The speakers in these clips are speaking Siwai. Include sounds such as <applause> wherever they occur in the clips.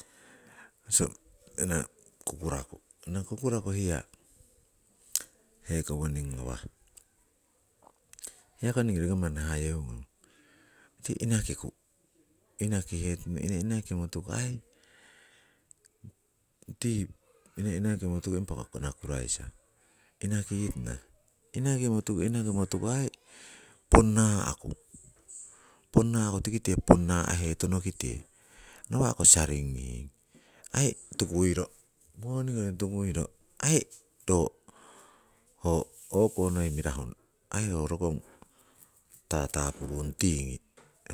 <noise> osoh ana kukuraku, ana kurukaru hiya hekowoning ngawah. Hiyako ningii manni hayeungong tii inakiku <noise> inakihetana, inanakimotuku aii tii inanakimotuku, impako ana kuraisa, inakitana inakimotuku inakimotuku aii ponnaku, <noise> ponnaku tikite ponnahe tonokite nawa'ko saringing aii tukuiro, moni kori tukuiro aii ro ho o'konoi mirahu aii ho rokong tatapurung tingi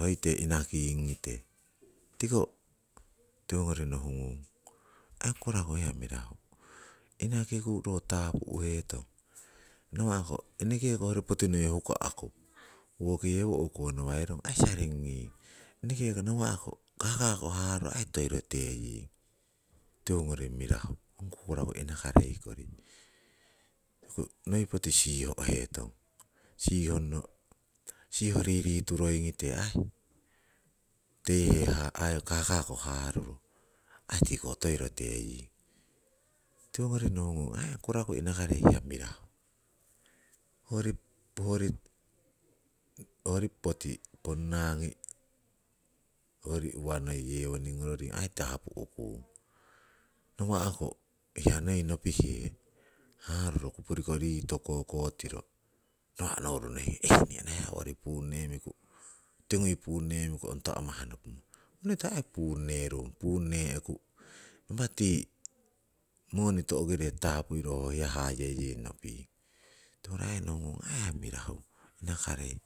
hoite inaking ngite. Tiko tiwogori nohungung aii kukuraku hiya mirahu, inakiku ro tapu'hetong. Nawa'ko enekekoh hoyori poti noi <noise> huka'ku woki yewo o'konawairong aii saringing, enekeko nawa'ko kaka ko haruro aii toiro teying, tiwongori mirahu ong kukuraku inakarei kori. Noi poti siho'hetong, sihongno, siho ririturoingite aii teihe aii kaka ko haruro aii tiko toiro teying. Tiwongori nohungong ong kukuraku inakarei hiya mirahu, hoyori <hesitation> poti ponnagi hoyori uwanoi yewoning ngororing aii tapu'kung. Nawa'ko hiyanoi nopihe haruru kupurikori yii toku kokotiru nawa' nouru nohihetong heii <noise> ana hiya owori puunnemki tingui puunnemiku ongkoto amah nopumo. <unintelligible> aii puunnerung punneku, impah tii moni to'kire tapuiro ho hiya hayeying noping tiwongori nohungong ong hiya aii mirahu inakareikori.